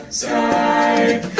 side